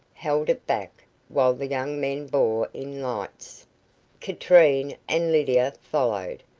held it back while the young men bore in lights katrine and lydia followed,